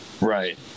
right